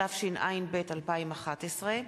התשע"ב 2011,